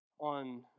on